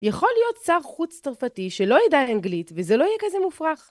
יכול להיות שר חוץ צרפתי שלא ידע אנגלית וזה לא יהיה כזה מופרך.